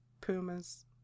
Pumas